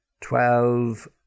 Twelve